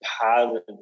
positive